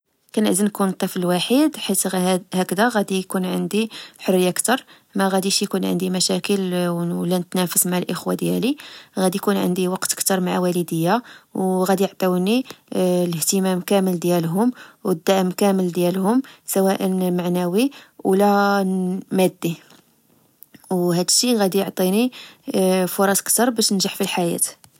كنعزل نكون الطفل الوحيد، حيت هكداغدي تكون عندي حرية أكثر. ماغاديش يكون عندي مشاكل ولا نتنافس مع إخوة ديالي، وغدي يكون عندي وقت أكتر مع والديا، و غادي يعطوني الاهتمام كامل ديالهم، والدعم كامل ديالهم سواءا معنوي ولا مادي ، وهادشي غادي يعطيني فرص كتر باش نجح في الحياة